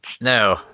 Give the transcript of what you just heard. No